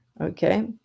Okay